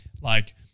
like-